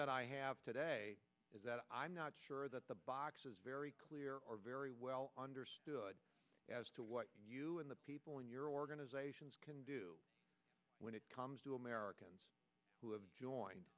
that i have today is that i'm not sure that the box is very clear or very well understood as to what the people in your organization can do when it comes to americans who have joined